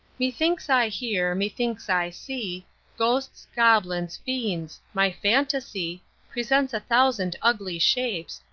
methinks i hear, methinks i see ghosts, goblins, fiends my phantasy presents a thousand ugly shapes,